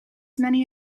many